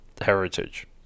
Heritage